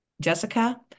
Jessica